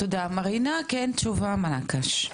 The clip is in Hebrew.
תודה מרינה, כן תשובה מר נקש.